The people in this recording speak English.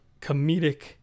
comedic